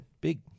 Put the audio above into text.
Big